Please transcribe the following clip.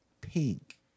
pink